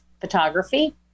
photography